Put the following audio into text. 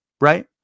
right